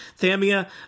Thamia